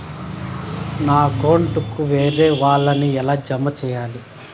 నా అకౌంట్ కు వేరే వాళ్ళ ని ఎలా జామ సేయాలి?